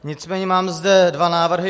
Nicméně mám zde dva návrhy.